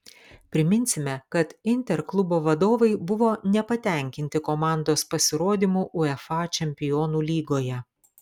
priminsime kad inter klubo vadovai buvo nepatenkinti komandos pasirodymu uefa čempionų lygoje